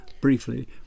briefly